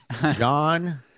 John